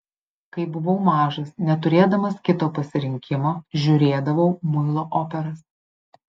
kai buvau mažas neturėdamas kito pasirinkimo žiūrėdavau muilo operas